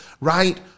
right